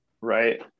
right